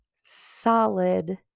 solid